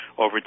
over